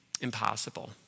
impossible